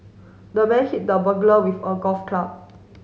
the man hit the burglar with a golf club